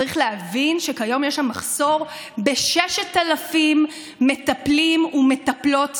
צריך להבין שהיום יש שם מחסור של 6,000 מטפלים ומטפלות סיעודיים.